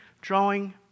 drawing